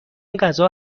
غذا